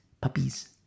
puppies